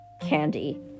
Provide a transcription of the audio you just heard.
candy